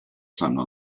sanno